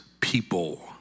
people